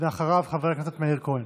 ואחריו, חבר הכנסת מאיר כהן.